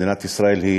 מדינת ישראל היא